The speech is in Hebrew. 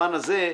במובן הזה.